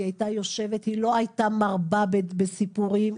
היא לא הייתה מרבה בסיפורים,